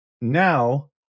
now